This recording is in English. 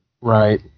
Right